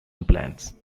implants